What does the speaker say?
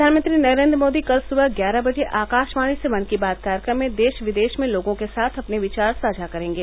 प्रधानमंत्री नरेन्द्र मोदी कल सुबह ग्यारह बजे आकाशवाणी से मन की बात कार्यक्रम में देश विदेश में लोगों के साथ अपने विचार साझा करेंगे